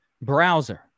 browser